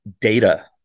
data